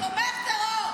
תומך טרור.